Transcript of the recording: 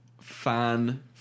Fan